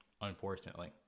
unfortunately